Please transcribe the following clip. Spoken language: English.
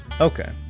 Okay